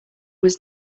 was